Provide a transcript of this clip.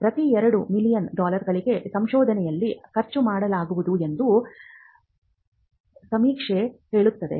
ಪ್ರತಿ 2 ಮಿಲಿಯನ್ ಡಾಲರ್ಗಳಿಗೆ ಸಂಶೋಧನೆಯಲ್ಲಿ ಖರ್ಚು ಮಾಡಲಾಗುವುದು ಎಂದು ಸಮೀಕ್ಷೆ ಹೇಳುತ್ತದೆ